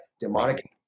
demonic